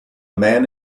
man